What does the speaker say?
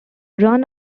run